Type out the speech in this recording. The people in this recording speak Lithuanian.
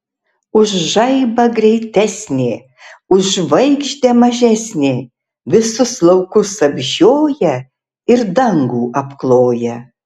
už žaibą greitesnė už žvaigždę mažesnė visus laukus apžioja ir dangų apkloja